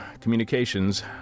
communications